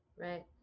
Right